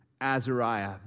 Azariah